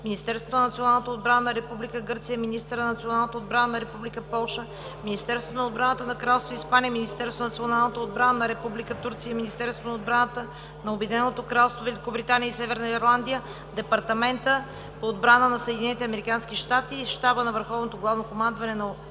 Министерството на националната отбрана на Република Гърция, министъра на националната отбрана на Република Полша, Министерството на отбраната на Кралство Испания, Министерството на националната отбрана на Република Турция, Министерството на отбраната на Обединено кралство Великобритания и Северна Ирландия, Департамента по отбрана на Съединените американски щати и Щаба на Върховното главно командване на